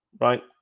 right